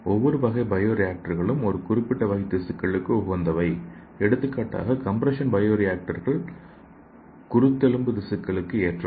ஒவ்வொரு வகை பயோ ரியாக்டர்களும் ஒரு குறிப்பிட்ட வகை திசுக்களுக்கு உகந்தவை எடுத்துக்காட்டாக கம்பிரஷன் பயோ ரியாக்டர்கள் குருத்தெலும்பு திசுக்களுக்கு ஏற்றவை